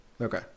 Okay